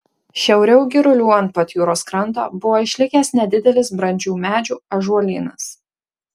šiauriau girulių ant pat jūros kranto buvo išlikęs nedidelis brandžių medžių ąžuolynas